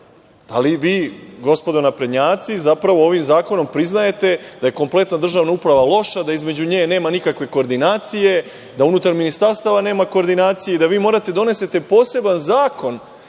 Da li vi, gospodo naprednjaci, ovim zakonom priznajete da je kompletna državna uprava loša, da između nje nema nikakve koordinacije, da unutar ministarstava nema koordinacije, da vi morate da donesete poseban zakon